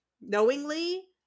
knowingly